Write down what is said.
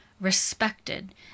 respected